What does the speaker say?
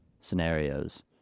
scenarios